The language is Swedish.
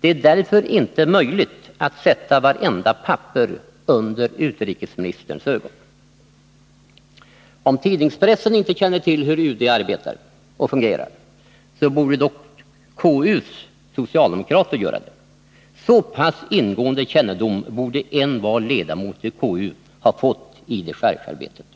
Det är därför inte möjligt att sätta vartenda papper under utrikesministerns ögon. Om tidningspressen inte känner till hur UD arbetar och fungerar, så borde dock KU:s socialdemokrater göra det — så pass ingående kännedom borde envar ledamot i KU ha fått i dechargearbetet.